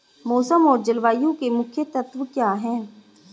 मौसम और जलवायु के मुख्य तत्व क्या हैं?